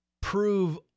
prove